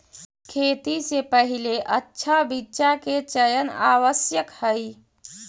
खेती से पहिले अच्छा बीचा के चयन आवश्यक हइ